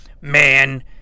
man